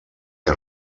que